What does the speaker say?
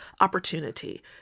opportunity